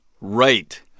Right